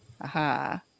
Aha